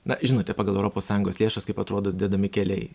na žinote pagal europos sąjungos lėšas kaip atrodo dedami keliai